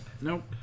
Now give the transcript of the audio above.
nope